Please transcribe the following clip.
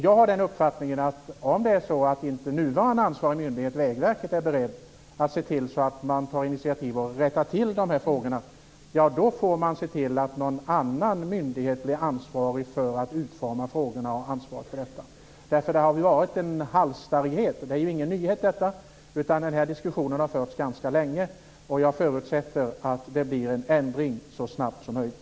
Jag har den uppfattningen att om inte den nuvarande ansvariga myndigheten, Vägverket, är beredd att ta initiativ och rätta till dessa frågor får man se till att någon annan myndighet blir ansvarig för att utforma frågorna. Detta är ju ingen nyhet. Den här diskussionen har förts ganska länge. Jag förutsätter att det blir en ändring så snabbt som möjligt.